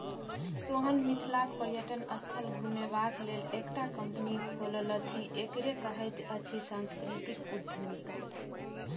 सोहन मिथिलाक पर्यटन स्थल घुमेबाक लेल एकटा कंपनी खोललथि एकरे कहैत अछि सांस्कृतिक उद्यमिता